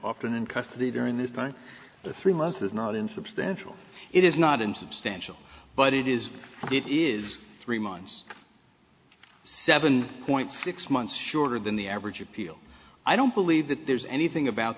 often in custody during this time three months is not insubstantial it is not insubstantial but it is it is three months seven point six months shorter than the average appeal i don't believe that there's anything about